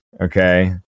Okay